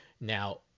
now